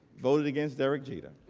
voted against derek jeter.